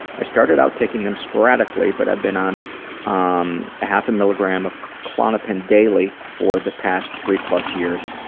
i started out taking them sporadically, but i've been on um a half a milligram of klonopin daily for the past three-plus years,